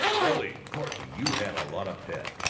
bully! corking! you had a lot of pep.